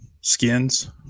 skins